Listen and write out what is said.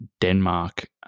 Denmark